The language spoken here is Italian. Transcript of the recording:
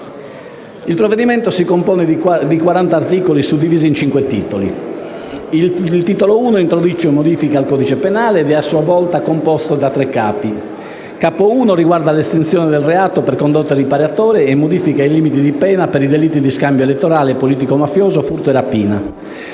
Il provvedimento in esame si compone di 40 articoli, suddivisi in cinque titoli. Il Titolo I reca modifiche al codice penale ed è a sua volta composto da tre capi: il Capo I riguarda l'estinzione del reato per condotte riparatorie e le modifiche ai limiti di pena per i delitti di scambio elettorale politico-mafioso, furto e rapina.